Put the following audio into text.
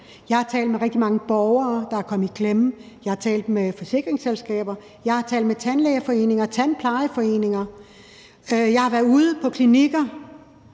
Jeg har talt med rigtig mange borgere, der er kommet i klemme, jeg har talt med forsikringsselskaber, jeg har talt med tandlægeforeninger og tandplejerforeninger, og jeg har været ude på klinikker,